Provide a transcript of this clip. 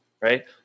right